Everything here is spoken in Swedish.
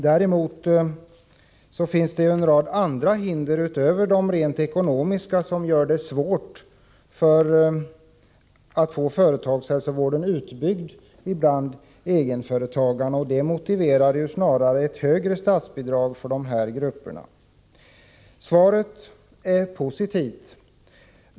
Däremot finns det en rad andra hinder utöver de rent ekonomiska som gör det svårt att få företagshälsovården utbyggd bland egenföretagarna. Det motiverar snarare ett högre statsbidrag för de grupper det här gäller. Svaret är positivt.